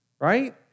right